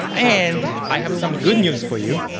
and i have some good news for you,